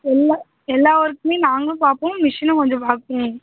இல்லை எல்லா வொர்க்குமே நாங்களும் பார்ப்போம் மெஷினும் கொஞ்சம் பார்க்கும்